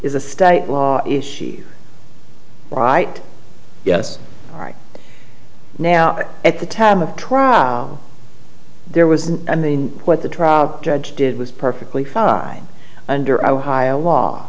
is a state law issue right yes right now at the time of trial there was an i mean what the trial judge did was perfectly far under ohio law